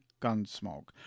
Gunsmoke